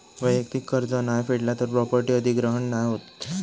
वैयक्तिक कर्ज नाय फेडला तर प्रॉपर्टी अधिग्रहण नाय होत